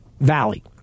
Valley